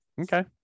Okay